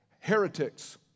heretics